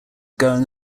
going